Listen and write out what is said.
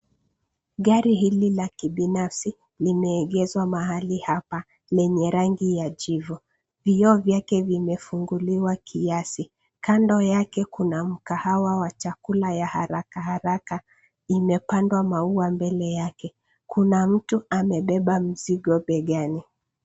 Gari hili la kibinafsi limeegeshwa mahali hapa, lenye rangi ya jivu. Vioo vyake vimefunguliwa kiasi. Kando yake kuna mkahawa wa chakula ya haraka haraka. Imepandwa maua mbele yake. Kuna mtu amebeba mzigo begani.